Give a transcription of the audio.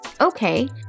Okay